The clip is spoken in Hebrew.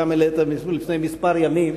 וגם שהעלית לפני כמה ימים,